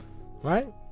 right